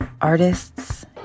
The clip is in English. artists